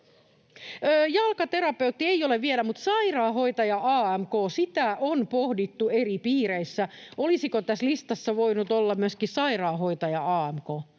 Jalkaterapeutti ei ole vielä, mutta sitä on pohdittu eri piireissä, olisiko tässä listassa voinut olla myöskin sairaanhoitaja (AMK).